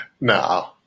no